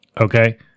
Okay